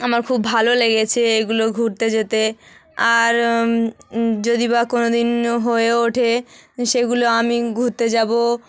আমার খুব ভালো লেগেছে এগুলো ঘুরতে যেতে আর যদি বা কোনোদিন হয়ে ওঠে সেগুলো আমি ঘুরতে যাবো